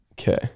okay